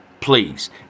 Please